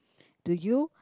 do you